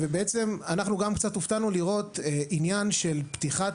בעצם גם אנחנו קצת הופתענו לראות עניין של פתיחת